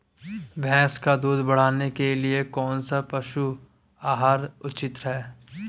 भैंस का दूध बढ़ाने के लिए कौनसा पशु आहार उचित है?